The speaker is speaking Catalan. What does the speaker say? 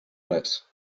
res